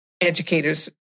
educator's